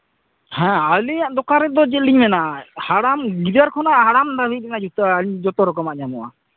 ᱦᱮᱸ ᱟᱹᱞᱤᱧᱟᱜ ᱫᱚᱠᱟᱱ ᱨᱮᱫᱚ ᱪᱮᱫᱞᱤᱧ ᱢᱮᱱᱟ ᱥᱟᱱᱟᱢ ᱜᱤᱫᱟᱹᱨ ᱠᱷᱚᱱᱟᱜ ᱦᱟᱲᱟᱢ ᱫᱷᱟᱹᱨᱤᱡ ᱨᱮᱱᱟᱜ ᱡᱩᱛᱟᱹ ᱟᱹᱞᱤᱧ ᱡᱚᱛᱚ ᱨᱚᱠᱚᱢᱟᱜ ᱧᱟᱢᱚᱜᱼᱟ